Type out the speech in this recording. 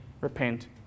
repent